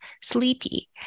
sleepy